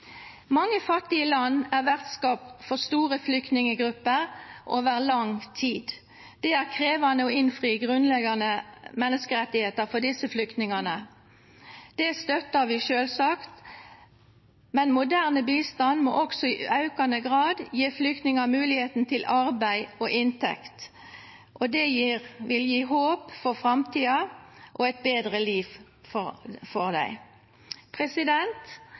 Mange fattige land er vertskap for store flyktninggrupper – over lang tid. Det er krevende å innfri grunnleggende menneskerettigheter for disse flyktningene. Det støtter vi selvsagt. Men moderne bistand må også i økende grad gi flyktninger muligheten til arbeid og inntekt. Det vil gi håp for framtiden og et bedre liv for dem. For